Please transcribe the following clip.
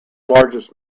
largest